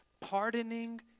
pardoning